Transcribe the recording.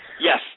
yes